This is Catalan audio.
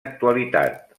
actualitat